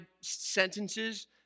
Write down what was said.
sentences